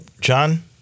John